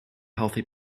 healthy